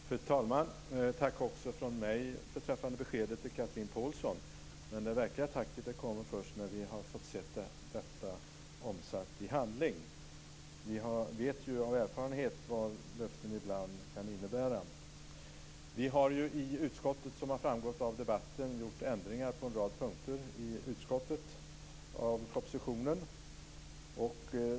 Fru talman! Jag vill rikta ett tack också från mig för beskedet till Chatrine Pålsson. Men det verkliga tacket kommer först när vi har fått se detta omsatt i handling. Vi vet ju av erfarenhet vad löften ibland kan innebära. Vi har ju i utskottet, som framgått av debatten, gjort ändringar på en rad punkter i propositionen.